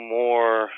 more